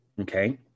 Okay